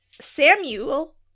Samuel